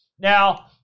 Now